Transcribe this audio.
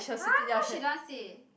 !huh! why she don't want say